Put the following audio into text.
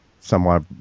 somewhat